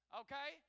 okay